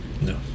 No